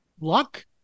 luck